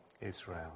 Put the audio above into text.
Israel